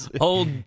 Old